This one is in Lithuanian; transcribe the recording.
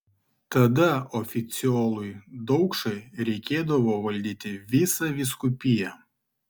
tada oficiolui daukšai reikėdavo valdyti visą vyskupiją